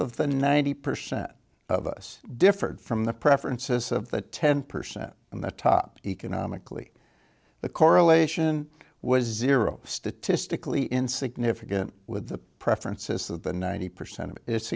of the ninety percent of us differed from the preferences of the ten percent and the top economically the correlation was zero statistically insignificant with the preferences of the ninety percent of it's